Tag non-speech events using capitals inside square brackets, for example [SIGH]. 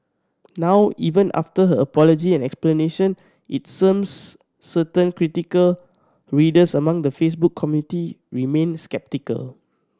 now even after her apology and explanation it [UNINTELLIGIBLE] certain critical readers among the Facebook community remained sceptical